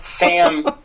Sam